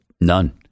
none